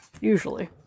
usually